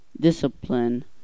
discipline